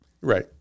right